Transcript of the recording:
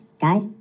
guys